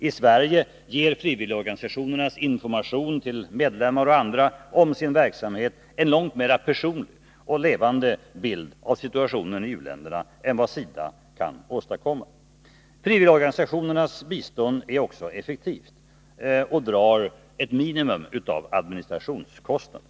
I Sverige ger frivilligorganisationernas information till medlemmar och andra om sin verksamhet en långt mera personlig och levande bild av situationen i u-länderna än vad SIDA kan åstadkomma. Frivilligorganisationernas bistånd är effektivt och drar ett minimum av administrationskostnader.